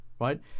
right